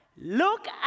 Look